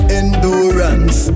endurance